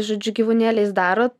žodžiu gyvūnėliais darot